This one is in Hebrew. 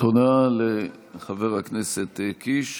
תודה לחבר הכנסת קיש.